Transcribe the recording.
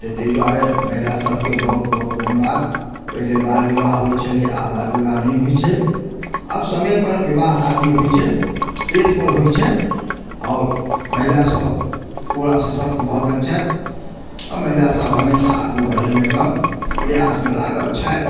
तऽ ताहि दुआरे महिला सभकेँ बहुत बहुत धन्यवाद पहिले बाल विवाह होइत छलै आब बाल विवाह नहि होइत छै आब समय पर विवाह शादी होइ छै एज पर होइत छै आओर महिला सभ पूरा शशक्त भऽ गेल छथि आ महिला सभ हमेशा आगू बढ़ैमे एकदम प्रयासमे लागल छथि